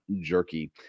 jerky